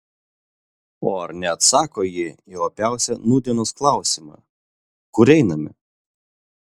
o ar neatsako ji į opiausią nūdienos klausimą kur einame